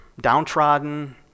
downtrodden